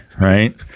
right